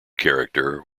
character